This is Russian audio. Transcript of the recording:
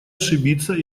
ошибиться